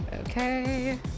Okay